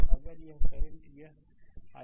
तो अगर यह करंट यहाँ i6 है